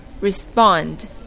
respond